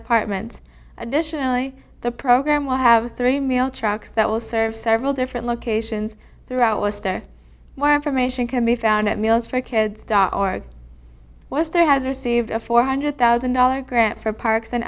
apartments additionally the program will have three male trucks that will serve several different locations throughout was there why information can be found at meals for kids dot org wester has received a four hundred thousand dollars grant for parks and